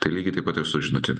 tai lygiai taip pat ir su žinutėmis